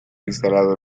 instalado